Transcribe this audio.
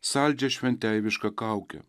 saldžia šventeiviška kauke